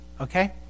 Okay